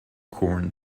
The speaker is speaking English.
corn